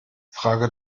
frage